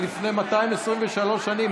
שלפני 223 שנים,